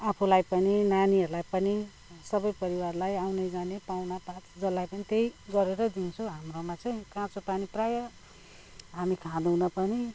आफूलाई पनि नानीहरूलाई पनि सबै परिवारलाई आउने जाने पाहुनापात जसलाई पनि त्यही गरेर दिन्छु हाम्रोमा चाहिँ काँचो पानी प्राय हामी खाँदैनौँ पनि